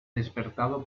despertado